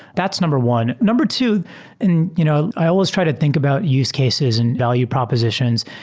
that's number one. number two and you know i always try to think about use cases and value propositions.